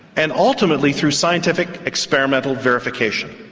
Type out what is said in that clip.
and ultimately through scientific experimental verification.